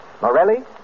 Morelli